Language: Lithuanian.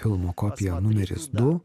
filmo kopija numeris du